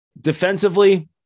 defensively